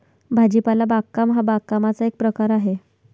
भाजीपाला बागकाम हा बागकामाचा एक प्रकार आहे